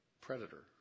predator